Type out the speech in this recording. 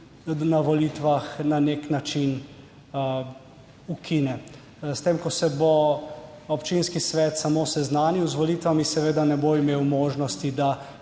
na nek način ukine. Ko se bo občinski svet samo seznanil z volitvami, seveda ne bo imel možnosti,